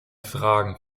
fragen